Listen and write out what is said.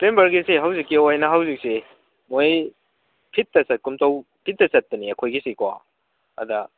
ꯄ꯭ꯂꯦꯝꯕꯔꯒꯤꯁꯦ ꯍꯧꯖꯤꯛꯀꯤ ꯑꯣꯏꯅ ꯍꯧꯖꯤꯛꯁꯤ ꯃꯣꯏ ꯐꯤꯠꯇ ꯆꯠꯀꯨꯝ ꯇꯧ ꯐꯤꯠꯇ ꯆꯠꯄꯅꯤ ꯑꯩꯈꯣꯏꯒꯤꯁꯤꯀꯣ ꯑꯗ